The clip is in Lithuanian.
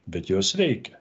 bet jos veikia